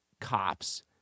cops